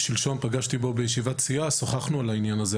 פגשתי בו שלשום בישיבת סיעה ושוחחנו על העניין הזה,